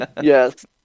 yes